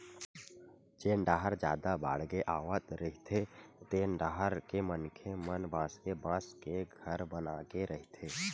जेन डाहर जादा बाड़गे आवत रहिथे तेन डाहर के मनखे मन बासे बांस के घर बनाए के रहिथे